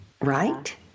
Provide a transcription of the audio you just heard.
right